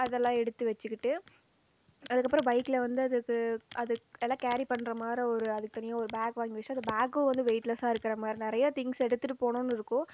அதெல்லாம் எடுத்து வைச்சிக்கிட்டு அதுக்கப்புறம் பைக்கில் வந்து அதுக்கு அதுக்கு நல்ல கேரி பண்ணுற மாரி ஒரு அதுக்கு தனியா ஒரு பேக் வாங்கி வைச்சிட்டு அந்த பேக்கும் வந்து வெயிட்லெஸாக இருக்கிற மாதிரி நிறைய திங்க்ஸ் எடுத்துகிட்டு போகணும்னு இருக்கும்